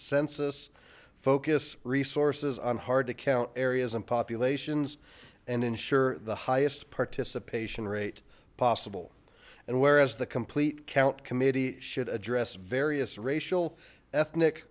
census focus resources on hard to count areas and populations and ensure the highest participation rate possible and whereas the complete count committee should address various racial ethnic